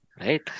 right